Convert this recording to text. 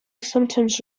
sometimes